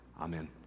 Amen